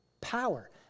Power